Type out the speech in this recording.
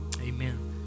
Amen